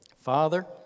Father